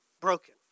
broken